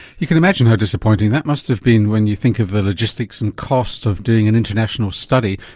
you can imagine how disappointing that must have been when you think of the logistics and cost of doing an international study,